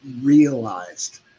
realized